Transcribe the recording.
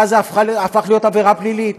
ואז זה הפך להיות עבירה פלילית,